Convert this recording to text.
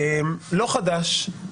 לא חדש.